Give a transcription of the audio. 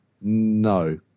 No